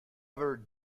ever